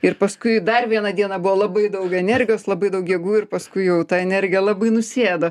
ir paskui dar vieną dieną buvo labai daug energijos labai daug jėgų ir paskui jau ta energija labai nusėdo